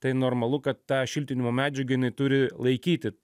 tai normalu kad ta šiltinimo medžiaga jinai turi laikyti